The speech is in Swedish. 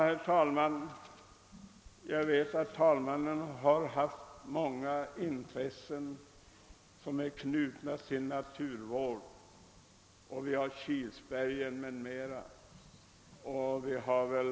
Herr talman! Jag ber att få yrka bifall till de delar av hemställan i min motion II: 1161 som inte förutsätter utarbetandet av någon lagtext.